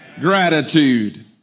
gratitude